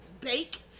bake